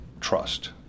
trust